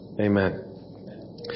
Amen